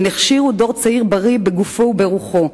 הן הכשירו דור צעיר, בריא בגופו וברוחו.